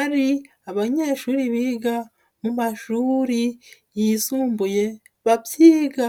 ari abanyeshuri biga mu mashuri yisumbuye babyiga.